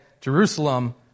Jerusalem